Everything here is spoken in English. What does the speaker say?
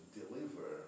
deliver